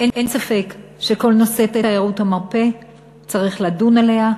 שאין ספק שכל נושא תיירות המרפא צריך לדון בו,